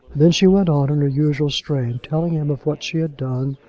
then she went on in her usual strain, telling him of what she had done,